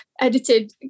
edited